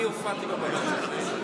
אני הופעתי בבג"ץ הזה.